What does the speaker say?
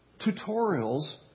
tutorials